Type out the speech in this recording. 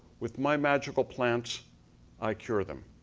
with my magical plants i cure them.